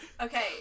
Okay